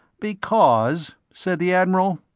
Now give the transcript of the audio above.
because, said the admiral,